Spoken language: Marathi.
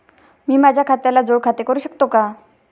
मी माझ्या खात्याला जोड खाते करू शकतो का?